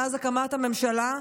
מאז הקמת הממשלה,